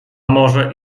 może